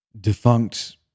defunct